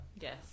Yes